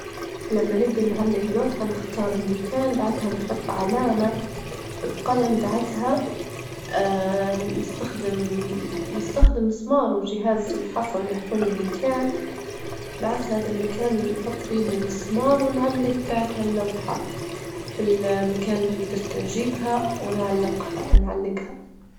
لما نبي نعلج لوحة نختار المكان، بعدها نحط علامة بالقلم، بعدها نستخدم- نستخدم مسمار وجهاز الحفر يحفر لي مكان، بعثت هذا المكان نحط فيه المسمار، ونعلج بعد هاللوحة في المكان اللي درت نجيبها ونعلقها- نعلجها.